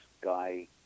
Guy